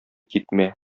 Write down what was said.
китмә